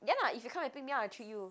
ya lah if you come and pick me up I treat you